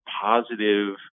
positive